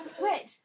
wait